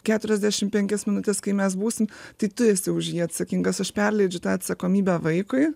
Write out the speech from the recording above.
keturiasdešim penkias minutes kai mes būsim tai tu esi už jį atsakingas aš perleidžiu tą atsakomybę vaikui